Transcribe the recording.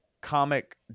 comic